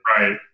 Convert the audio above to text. Right